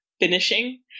finishing